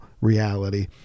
reality